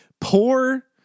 Poor